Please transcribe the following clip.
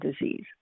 disease